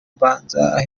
mbanza